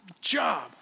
job